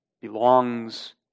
belongs